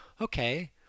okay